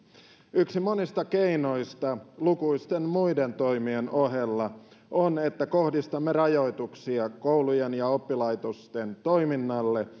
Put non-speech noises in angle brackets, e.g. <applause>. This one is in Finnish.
yksi monista keinoista lukuisten muiden toimien ohella on että kohdistamme rajoituksia koulujen ja oppilaitosten toiminnalle <unintelligible>